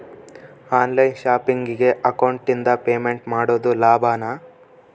On line ಶಾಪಿಂಗಿಗೆ ಅಕೌಂಟಿಂದ payment ಮಾಡೋದು ಲಾಭಾನ?